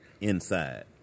inside